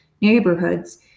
Neighborhoods